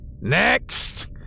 Next